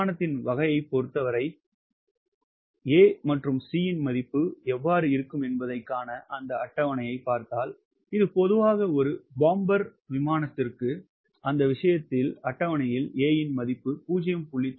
விமானத்தின் வகையைப் பொறுத்தவரை A மற்றும் C இன் மதிப்பு எவ்வாறு இருக்கும் என்பதைக் காண அந்த அட்டவணையைப் பார்த்தால் இது பொதுவாக ஒரு போம்பேர் விமானத்தை குறிக்கிறது அந்த விஷயத்தில் அட்டவணையில் A இன் மதிப்பு 0